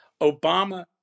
Obama